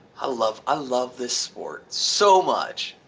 i love i love this sport so much.